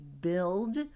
build